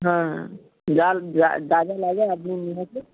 হ্যাঁ যার যা যা যা লাগে আপনি নিয়ে আসুন